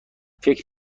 فکر